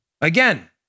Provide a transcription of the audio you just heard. Again